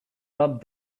rub